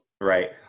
Right